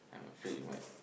I'm afraid it might